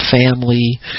family